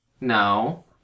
No